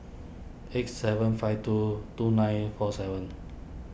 eight seven five two two nine four seven